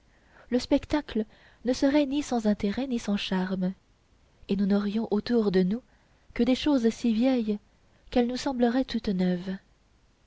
le spectacle ne serait ni sans intérêt ni sans charme et nous n'aurions autour de nous que des choses si vieilles qu'elles nous sembleraient toutes neuves